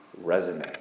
resume